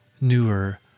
newer